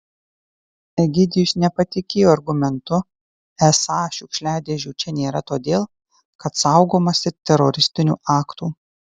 egidijus nepatikėjo argumentu esą šiukšliadėžių čia nėra todėl kad saugomasi teroristinių aktų